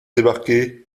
débarquer